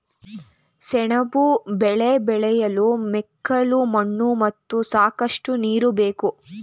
ಸೆಣಬು ಬೆಳೆ ಬೆಳೆಯಲು ಮೆಕ್ಕಲು ಮಣ್ಣು ಮತ್ತು ಸಾಕಷ್ಟು ನೀರು ಬೇಕು